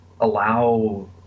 allow